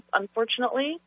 unfortunately